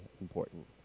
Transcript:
important